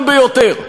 גם ביותר.